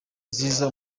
nziza